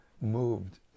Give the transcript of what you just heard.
moved